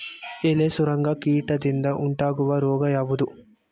ಎಲೆ ಸುರಂಗ ಕೀಟದಿಂದ ಉಂಟಾಗುವ ರೋಗ ಯಾವುದು?